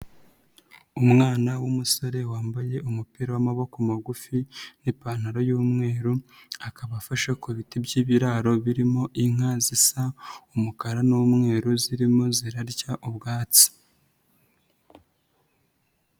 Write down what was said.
Umwana w'umusore wambaye umupira w'amaboko magufi n'ipantaro y'umweru akaba afashe ku biti by'ibiraro birimo inka zisa umukara n'umweru zirimo zirarya ubwatsi.